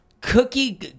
cookie